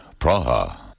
Praha